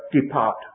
depart